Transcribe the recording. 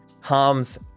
harms